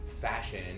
fashion